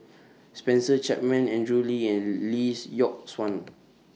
Spencer Chapman Andrew Lee and Lee Yock Suan